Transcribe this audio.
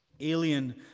alien